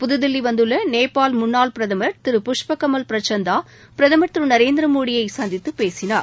புதுதில்லி வந்துள்ள நேபாள் முன்னாள் பிரதமர் திரு புஷ்பகமல் பிரசந்தா பிரதமர் திரு நரேந்திர மோடியை சந்தித்து பேசினார்